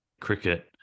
cricket